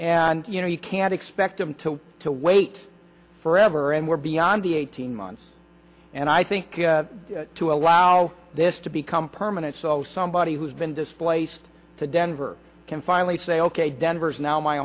and you know you can't expect them to to wait forever and we're beyond the eighteen months and i think to allow this to become permanent so some who's been displaced to denver can finally say ok denver is now my